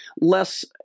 less